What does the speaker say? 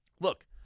Look